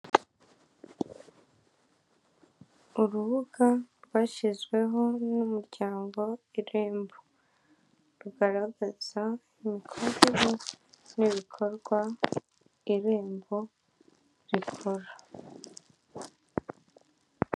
Urubuga rwashyizweho n'umuryango irembo. Rugaragaza imikorere n'ibikorwa irembo rikora.